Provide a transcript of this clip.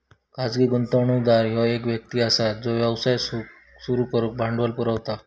खाजगी गुंतवणूकदार ह्यो एक व्यक्ती असता जो व्यवसाय सुरू करुक भांडवल पुरवता